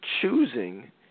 choosing